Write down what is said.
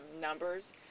numbers